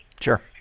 sure